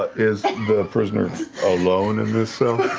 is the prisoner alone in this cell?